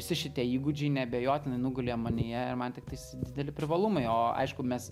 visi šitie įgūdžiai neabejotinai nugulė manyje ir man tiktais dideli privalumai o aišku mes